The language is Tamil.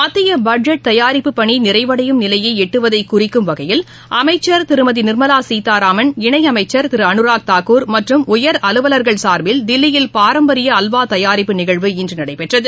மத்தியபட்ஜெட் தயாரிப்பு பணிநிறைவடையும் நிலையைஎட்டுவதைகுறிக்கும் வகையில் அமைச்சர் திருமதிநிர்மலாசீதாராமன் இணையமைச்சர் திருஅனுராக் தாக்கூர் மற்றும் உயர் அலுவலர்கள் சார்பில் தில்லியில் பாரம்பரியஅல்வாதயாரிப்பு நிகழ்வு இன்றுநடைபெற்றது